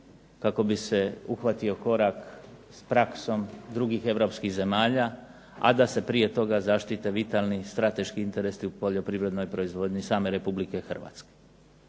kako bi se uhvatio korak sa praksom drugih europskih zemalja, a da se prije toga zaštite vitalni strateški interesi u poljoprivrednoj proizvodnji same Republike Hrvatske.